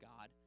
God